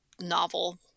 novel